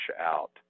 out